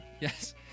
yes